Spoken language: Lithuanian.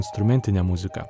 instrumentinė muzika